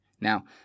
Now